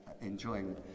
enjoying